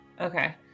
Okay